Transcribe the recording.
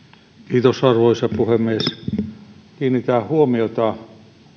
arvoisa puhemies kiinnitän huomiota